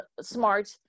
smart